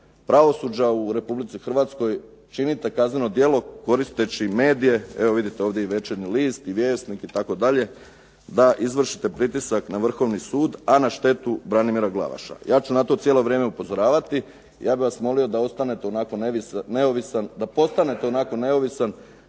pravosuđa u RH činite kazneno djelo koristeći medije, evo vidite ovdje i Večernji list i Vjesnik itd., da izvršite pritisak na Vrhovni sud, a na štetu Branimira Glavaša. Ja ću na to cijelo vrijeme upozoravati. Ja bih vas molio da ostanete onako neovisan,